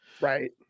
Right